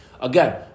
Again